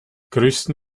größten